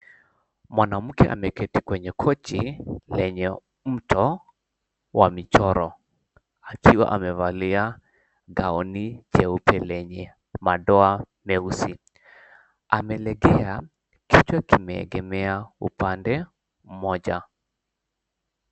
Mwanamke ameketi kwenye kochi lenye mto wa michoro akiwa amevalia gown jeupe lenye madoa meusi. Amelegea, kichwa kimeegemea upande mmoja.